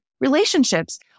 relationships